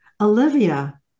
Olivia